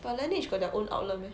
but Laneige got their own outlet meh